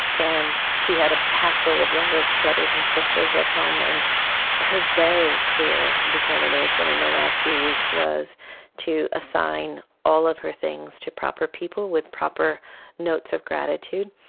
and she had a house full of younger brothers and sisters at home, and her very clear determination in the last few weeks was to assign all of her things to proper people, with proper notes of gratitude.